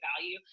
value